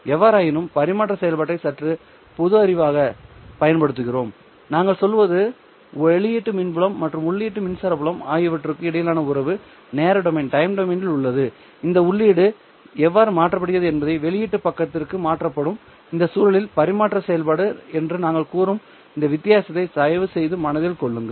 எவ்வாறாயினும் பரிமாற்ற செயல்பாட்டை சற்று பொது அறிவாக பயன்படுத்துகிறோம் நாங்கள் சொல்வது வெளியீட்டு மின் புலம் மற்றும் உள்ளீட்டு மின்சார புலம் ஆகியவற்றுக்கு இடையிலான உறவு நேர டொமைன் இல் உள்ளது இந்த உள்ளீடு எவ்வாறு மாற்றப்படுகிறது என்பது வெளியீட்டு பக்கத்திற்கு மாற்றப்படும் இந்த சூழலில் பரிமாற்ற செயல்பாடு என்று நாங்கள் கூறும் இந்த வித்தியாசத்தை தயவுசெய்து மனதில் கொள்ளுங்கள்